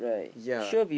ya